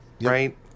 right